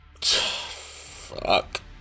fuck